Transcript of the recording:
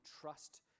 trust